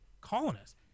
colonists